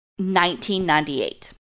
1998